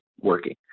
working